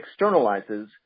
externalizes